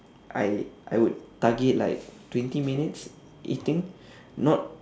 I I would target like twenty minutes eating not